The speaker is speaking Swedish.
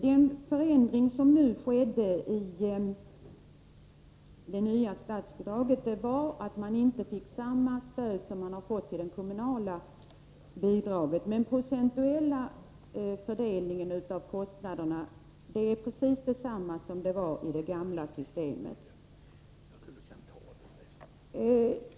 Den förändring som skedde när det nya statsbidraget infördes var att man inte fick samma stöd som det kommunala bidraget ger, men den procentuella fördelningen av kostnaderna är precis densamma som i det gamla systemet.